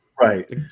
Right